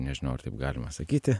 nežinau ar taip galima sakyti